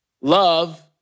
Love